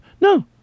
No